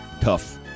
Tough